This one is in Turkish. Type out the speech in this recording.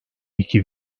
iki